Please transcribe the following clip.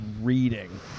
reading